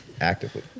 actively